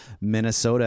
Minnesota